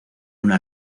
una